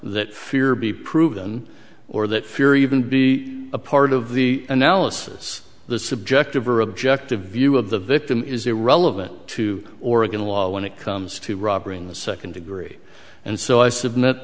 that fear be proven or that fear even be a part of the analysis the subjective or objective view of the victim is irrelevant to oregon law when it comes to robbery in the second degree and so i submit